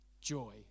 joy